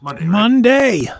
Monday